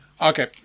Okay